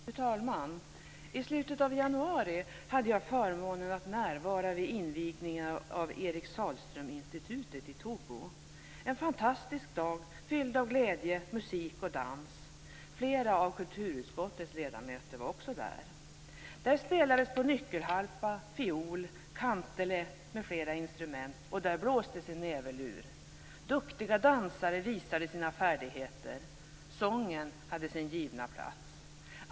Fru talman! I slutet av januari hade jag förmånen att närvara vid invigningen av Eric Sahlström Institutet i Tobo. Det var en fantastisk dag fylld av glädje, musik och dans. Flera av kulturutskottets ledamöter var också där. Där spelades på nyckelharpa, fiol, kantele m.fl. instrument och där blåstes i näverlur. Duktiga dansare visade sina färdigheter. Sången hade sin givna plats.